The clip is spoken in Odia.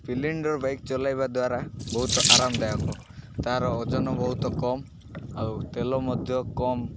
ସ୍ପ୍ଲେଣ୍ଡର୍ ବାଇକ୍ ଚଲାଇବା ଦ୍ୱାରା ବହୁତ ଆରାମଦାୟକ ତାର ଓଜନ ବହୁତ କମ୍ ଆଉ ତେଲ ମଧ୍ୟ କମ୍